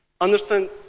understand